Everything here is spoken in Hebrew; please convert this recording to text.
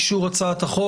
ויאשר את זה היועץ